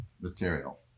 material